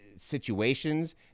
situations